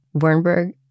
Wernberg